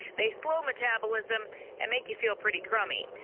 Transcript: they slow metabolism and make you feel pretty crummy.